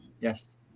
Yes